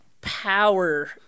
power